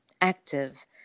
active